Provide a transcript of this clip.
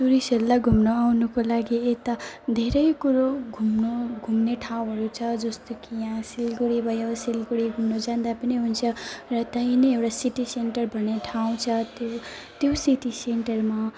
टुरिस्टहरूलाई घुम्न आउनुको लागि यता धेरै कुरो घुम्नु घुम्ने ठाउँहरू छ जस्तो कि यहाँ सिलगढी भयो सिलगढी घुम्नु जाँदा पनि हुन्छ र त्यही नै एउटा सिटी सेन्टर भन्ने ठाउँ छ त्यो त्यो सिटी सेन्टरमा